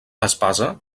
espasa